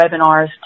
webinars